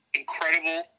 incredible